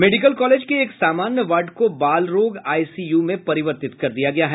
medical college के एक सामान्य वार्ड को बालरोग आईसीयू में परिवर्तित कर दिया गया है